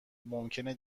ممکنه